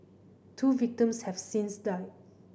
two victims have since died